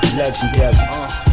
legendary